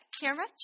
camera